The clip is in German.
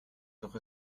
doch